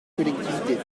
collectivités